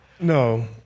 no